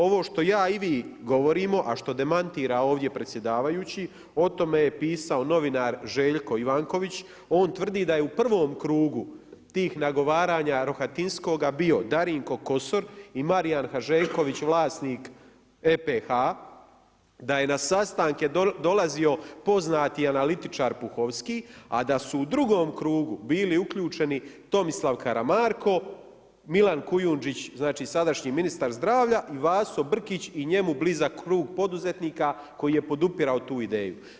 Ovo što ja i vi govorimo a što demantira ovdje predsjedavajući, o tome je pisao novinar Željko Ivanković, on tvrdi da je u prvom krugu, tih nagovaranja, Rohatinskoga bio, Darinko Kosor i Marijan Hanžeković, vlasnik EPH, da je na sastanke dolazio poznati analitičar Puhovski, a da su u drugom krugu bili uključeni Tomislav Karamarko, Milan Kujundžić, znači sadašnji ministar zdravlja i Vaso Brkić i njemu blizak krug poduzetnika koji je podupirao tu ideju.